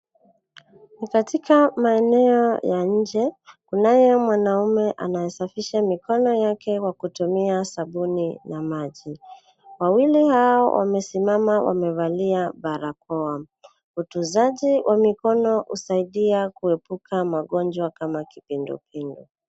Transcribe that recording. Ni katika maeneo ya nje, kunaye mwanaume anayesafisha mikono yake kwa kutumia sabuni na maji. Wawili hao wamesimama wamevalia barakoa. Utunzaji wa mikono husaidia kuepuka magonjwa kama kipindupindu.